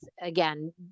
again